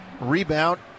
rebound